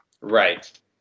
Right